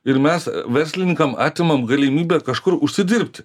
ir mes verslininkam atimam galimybę kažkur užsidirbti